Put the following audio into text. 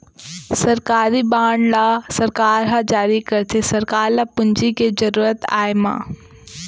सरकारी बांड ल सरकार ह जारी करथे सरकार ल पूंजी के जरुरत आय म